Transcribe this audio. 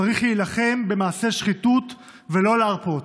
צריך להילחם במעשי שחיתות ולא להרפות.